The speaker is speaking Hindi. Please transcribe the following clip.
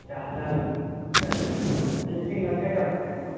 अच्छा हज़ार बिलीचिंग अच्छा कराते हैं ना